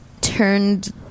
turned